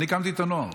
אני הקמתי את הנוער.